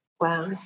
Wow